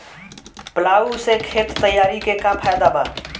Plough से खेत तैयारी के का फायदा बा?